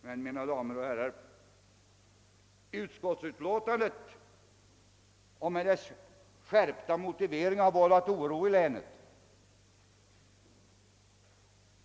Men, mina damer och herrar, utskottsutlåtandet och dess skärpta motivering har vållat oro i länet.